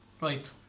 Right